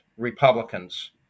Republicans